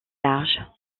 large